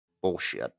Bullshit